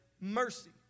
mercy